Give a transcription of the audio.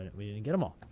we didn't get them all.